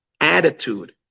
attitude